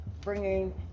bringing